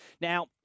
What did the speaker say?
Now